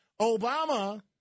Obama